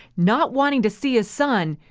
not wanting to see his son,